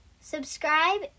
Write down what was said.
Subscribe